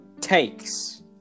takes